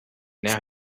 now